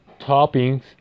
toppings